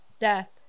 death